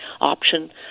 option